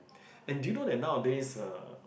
and do you know that nowadays uh